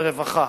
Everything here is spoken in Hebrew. ברווחה.